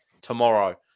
tomorrow